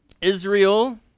Israel